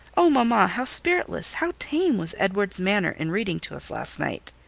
oh! mama, how spiritless, how tame was edward's manner in reading to us last night!